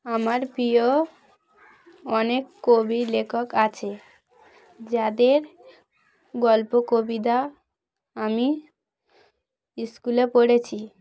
আমার প্রিয় অনেক কবি লেখক আছে যাদের গল্প কবিতা আমি স্কুলে পড়েছি